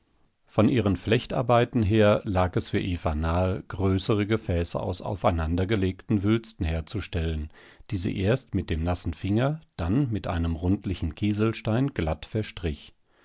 von ihren flechtarbeiten her lag es für eva nahe größere gefäße aus aufeinandergelegten wülsten herzustellen die sie erst mit dem nassen finger dann mit einem rundlichen kieselstein glatt verstrich